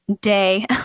day